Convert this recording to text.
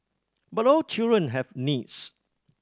but all children have needs